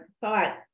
thought